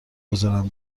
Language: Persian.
گذارم